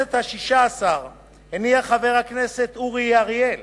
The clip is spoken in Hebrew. בכנסת השש-עשרה הניח חבר הכנסת אורי אריאל